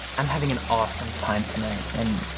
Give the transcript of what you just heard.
i'm having an awesome time tonight, and,